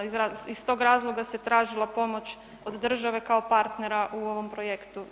Iz tog razloga se tražila pomoć od države kao partnera u ovom projektu.